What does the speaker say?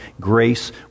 grace